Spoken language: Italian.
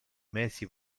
mesi